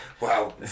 Wow